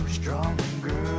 stronger